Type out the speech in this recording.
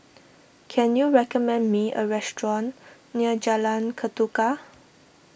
can you recommend me a restaurant near Jalan Ketuka